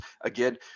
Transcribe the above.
again